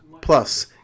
Plus